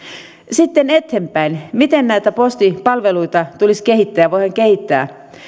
sitten eteenpäin miten näitä postipalveluita tulisi kehittää ja voidaan kehittää